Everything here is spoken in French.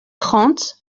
trente